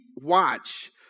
watch